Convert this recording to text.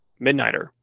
Midnighter